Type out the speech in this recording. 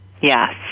Yes